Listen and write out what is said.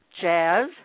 Jazz